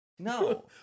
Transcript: No